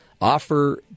Offer